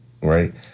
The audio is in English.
right